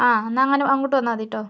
ആ എന്നാൽ അങ്ങനെ അങ്ങോട്ട് വന്നാൽ മതി കേട്ടോ